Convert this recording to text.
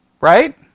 Right